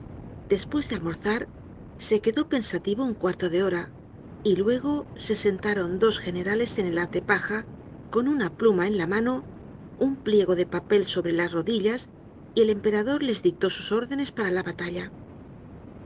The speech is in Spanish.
despues de almorzar se quedó pensativo un cuarto de hora y luego se sentaron dos generales en el haz de paja con una pluma en la mano un pliego de papel sobre las rodillas y el emperador les dictó sus órdenes para la batalla